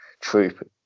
Troop